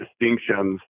distinctions